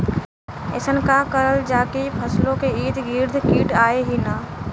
अइसन का करल जाकि फसलों के ईद गिर्द कीट आएं ही न?